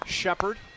Shepard